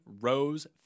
Rose